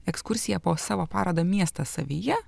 ekskursiją po savo parodą miestas savyje